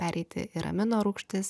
pereiti ir amino rūgštis